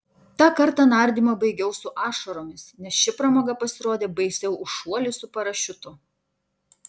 tą kartą nardymą baigiau su ašaromis nes ši pramoga pasirodė baisiau už šuolį su parašiutu